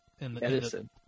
Edison